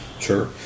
Sure